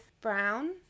Brown